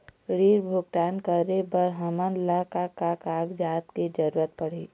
ऋण भुगतान करे बर हमन ला का का कागजात के जरूरत पड़ही?